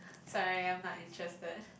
sorry I'm not interested